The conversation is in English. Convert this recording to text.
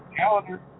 calendar